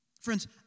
Friends